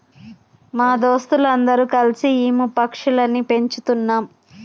మా దోస్తులు అందరు కల్సి ఈము పక్షులని పెంచుతున్నాం